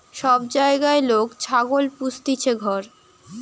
সব জাগায় লোক ছাগল পুস্তিছে ঘর